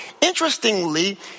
Interestingly